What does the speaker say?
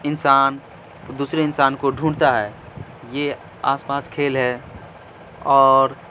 انسان دوسرے انسان کو ڈھونڈتا ہے یہ آس پاس کھیل ہے اور